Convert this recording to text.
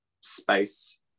space